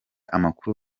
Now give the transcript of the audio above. amakuru